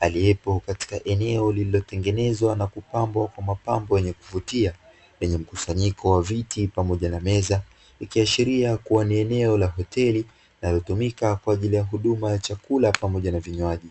aliyepo katika eneo lililotengenezwa na kupambwa kwa mapambo yenye kuvutia yenye mkusanyiko wa viti pamoja na meza ikiashiria kuwa ni eneo la hoteli na linalotumika kwa ajili ya huduma ya chakula pamoja na vinywaji.